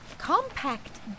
Compact